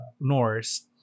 Norse